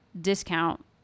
discount